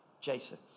Jason